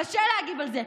קשה להגיב על זה.